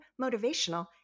motivational